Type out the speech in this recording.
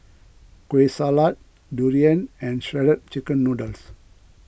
Kueh Salat Durian and Shredded Chicken Noodles